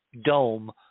dome